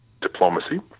Diplomacy